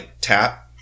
tap